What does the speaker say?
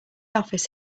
office